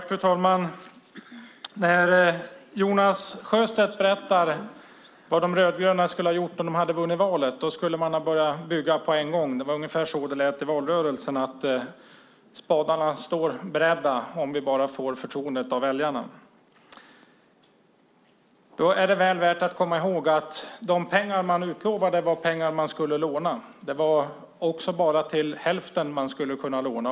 Fru talman! Jonas Sjöstedt berättar vad De rödgröna skulle ha gjort om de hade vunnit valet. Då skulle man ha börjat bygga med en gång. Spadarna står beredda om vi bara får väljarnas förtroende - ungefär så lät det i valrörelsen. Då är det väl värt att komma ihåg att de pengar som utlovades var pengar som man skulle låna. Det var också bara till hälften som man skulle kunna låna.